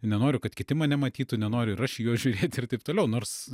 nenoriu kad kiti mane matytų nenoriu ir aš į juos žiūrėti ir taip toliau nors